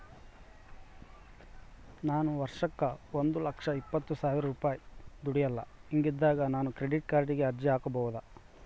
ನಾನು ವರ್ಷಕ್ಕ ಒಂದು ಲಕ್ಷ ಇಪ್ಪತ್ತು ಸಾವಿರ ರೂಪಾಯಿ ದುಡಿಯಲ್ಲ ಹಿಂಗಿದ್ದಾಗ ನಾನು ಕ್ರೆಡಿಟ್ ಕಾರ್ಡಿಗೆ ಅರ್ಜಿ ಹಾಕಬಹುದಾ?